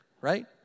right